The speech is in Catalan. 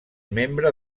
membre